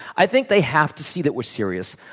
i think they have to see that we're serious,